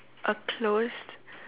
a closed